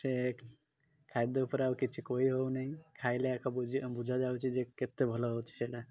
ସେ ଖାଦ୍ୟ ଉପରେ ଆଉ କିଛି କହି ହେଉ ନାହିଁ ଖାଇଲେ ଆକ ବୁଝି ବୁଝାଯାଉଛି ଯେ କେତେ ଭଲ ହେଉଛି ସେଇଟା